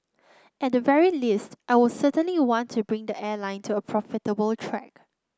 at the very least I will certainly want to bring the airline to a profitable track